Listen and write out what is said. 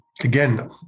Again